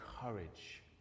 courage